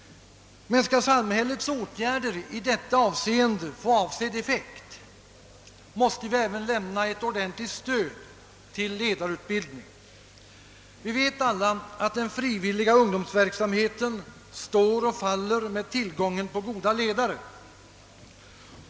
Skall samhällets åtgärder få avsedd effekt, måste vi även lämna ett ordentligt stöd till ledarutbildningen. Vi vet alla att den frivilliga ungdomsverksamheten står och faller med tillgången på goda ledare.